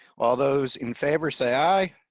ah those in favor, say aye.